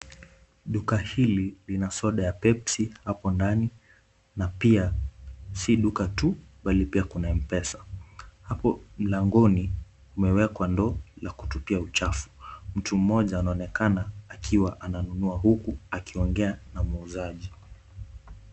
Duka hili lina soda ya Pepsi hapo ndani. Na pia si duka tu, bali pia kuna M-Pesa. Hapo mlangoni umewekwa ndoo la kutupia uchafu. Mtu mmoja anaonekana akiwa ananunua huku akiongea na muuzaji.